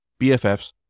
BFFs